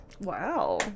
Wow